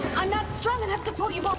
i'm not strong enough to pull you both